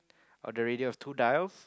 on the radio there's two dials